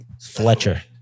Fletcher